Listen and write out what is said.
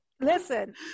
Listen